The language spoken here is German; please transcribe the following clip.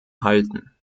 halten